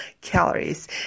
calories